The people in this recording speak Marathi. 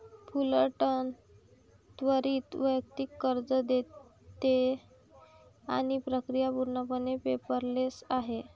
फुलरटन त्वरित वैयक्तिक कर्ज देते आणि प्रक्रिया पूर्णपणे पेपरलेस आहे